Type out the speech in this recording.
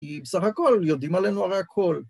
‫בסך הכול, יודעים עלינו הרי הכול.